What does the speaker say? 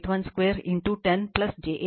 81 2 10 j 8